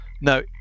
no